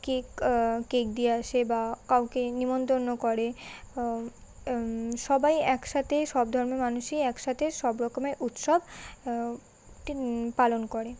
cake cake দিয়ে আসে বা কাউকে নেমন্তন্ন করে সবাই একসাথে সব ধর্মের মানুষই একসাথে সব রকমের উৎসব টি পালন করে